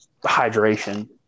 hydration